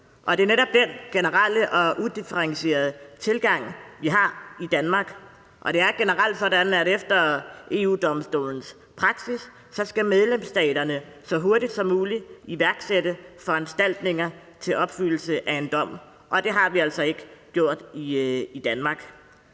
Det er netop den generelle og udifferentierede tilgang, vi har i Danmark, og det er generelt sådan, at efter EU-Domstolens praksis skal medlemsstaterne så hurtigt som muligt iværksætte foranstaltninger til opfyldelse af en dom, og det har vi altså ikke gjort i Danmark.